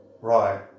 right